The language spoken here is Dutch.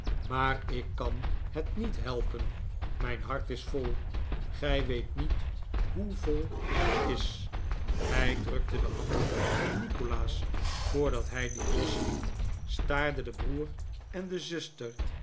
maar ik kan het niet helpen mijn hart is vol gij weet niet hoe vol het is hij drukte de hand van nikolaas voordat hij die losliet staarde den broer en de zuster